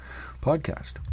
podcast